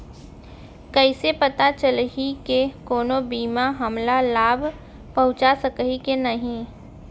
कइसे पता चलही के कोनो बीमा हमला लाभ पहूँचा सकही के नही